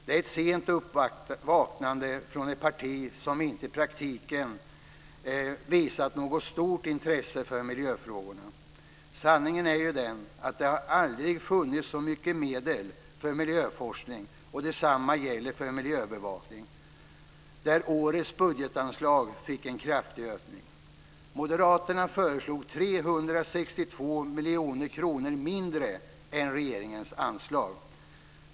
Det är ett sent uppvaknande från ett parti som i praktiken inte visat något stort intresse för miljöfrågorna. Sanningen är ju den att det aldrig har funnits så mycket medel för miljöforskning, och detsamma gäller för miljöövervakning där årets budgetanslag fick en kraftig ökning.